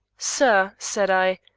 sir, said i,